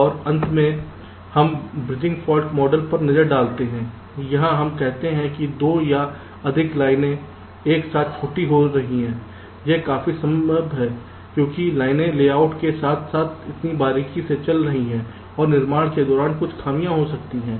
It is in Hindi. और अंत में हम ब्रिजिंग फॉल्ट मॉडल पर नजर डालते हैं यहां हम कहते हैं कि 2 या अधिक लाइनें एक साथ छोटी हो रही हैं यह काफी संभव है क्योंकि लाइनें लेआउट में एक साथ इतनी बारीकी से चल रही हैं और निर्माण के दौरान कुछ खामियां हो सकती हैं